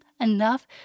enough